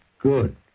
Good